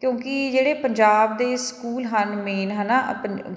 ਕਿਉਂਕਿ ਜਿਹੜੇ ਪੰਜਾਬ ਦੇ ਸਕੂਲ ਹਨ ਮੇਨ ਹੈ ਨਾ